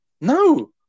no